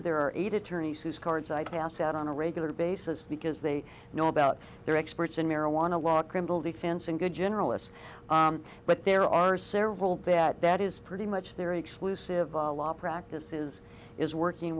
are eight attorneys whose cards i pass out on a regular basis because they know about they're experts in marijuana law criminal defense and good generalist but there are several that that is pretty much their exclusive law practice is is working